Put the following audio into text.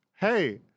Hey